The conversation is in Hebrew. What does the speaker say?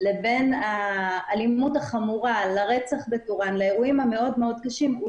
לגבי החלקים הרכים יותר